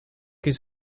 his